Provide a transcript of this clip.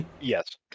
Yes